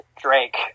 Drake